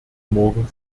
morgen